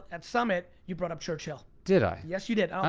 at summit, you brought up churchill. did i? yes, you did,